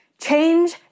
change